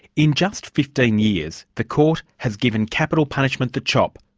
in just fifteen years the court has given capital punishment the chop,